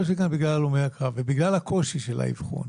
אנחנו יושבים כאן בגלל הלומי הקרב ובגלל הקושי של האבחון,